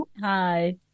Hi